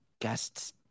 guests